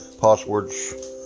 passwords